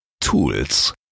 Tools